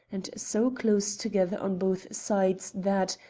and so close together on both sides that,